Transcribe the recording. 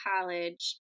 college